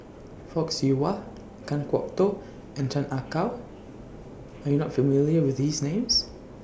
Fock Siew Wah Kan Kwok Toh and Chan Ah Kow YOU Are not familiar with These Names